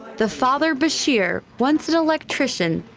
the father, bashir, once an electrician,